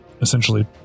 essentially